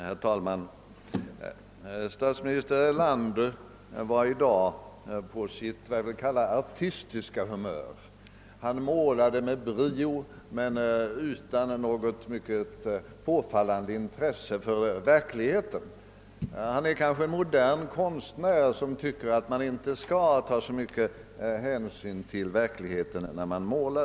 Herr talman! Statsminister Erlander var i dag på sitt vad jag vill kalla artistiska humör. Han målade med brio, men utan något särskilt påfallande intresse för verkligheten. Han är kanske en modern konstnär, som tycker att man inte skall ta så mycket hänsyn till verkligheten när man målar.